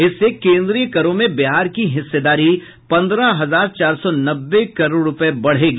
इससे केंद्रीय करों में बिहार की हिस्सेदारी पंद्रह हजार चार सौ नब्बे करोड़ रूपये बढ़ेगी